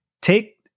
Take